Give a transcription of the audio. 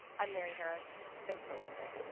i'm mary harris. thanks for listening.